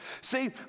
see